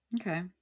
Okay